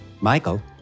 Michael